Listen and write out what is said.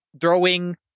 throwing